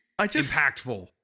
impactful